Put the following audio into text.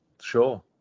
Sure